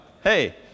Hey